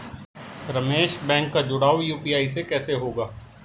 Ramesh bank का जुड़ाव UPI से कैसे होगा?